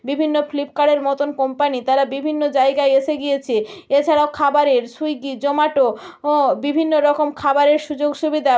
বিভিন্ন ফ্লিপকার্টের মতন কোম্পানি তারা বিভিন্ন জায়গায় এসে গিয়েছে এছাড়াও খাবারের সুইগি জোমাটো ও বিভিন্ন রকম খাবারের সুযোগ সুবিধা